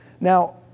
Now